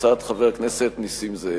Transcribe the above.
הצעת חבר הכנסת נסים זאב.